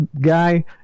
guy